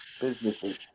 businesses